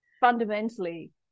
fundamentally